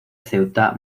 ceuta